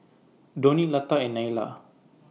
Dhoni Lata and Neila